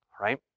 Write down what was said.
right